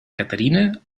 caterina